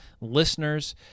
listeners